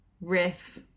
Riff